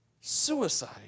suicide